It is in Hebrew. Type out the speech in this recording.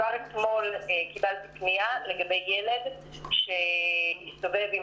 כבר אתמול קיבלתי פנייה לגבי ילד שהסתובב עם